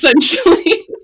essentially